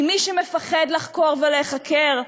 כי מי שמפחד לחקור ולהיחקר,